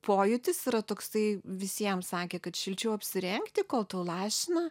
pojūtis yra toksai visiem sakė kad šilčiau apsirengti kol tau lašina